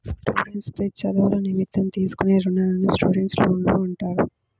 students పై చదువుల నిమిత్తం తీసుకునే రుణాలను స్టూడెంట్స్ లోన్లు అంటారు